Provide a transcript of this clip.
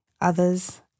others